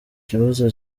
ikibazo